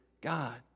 God